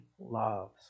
loves